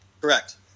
Correct